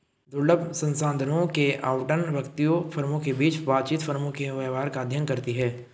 दुर्लभ संसाधनों के आवंटन, व्यक्तियों, फर्मों के बीच बातचीत, फर्मों के व्यवहार का अध्ययन करती है